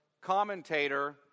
commentator